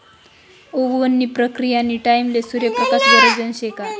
उगवण नी प्रक्रीयानी टाईमले सूर्य प्रकाश गरजना शे का